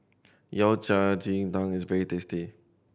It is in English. Yao Cai ji tang is very tasty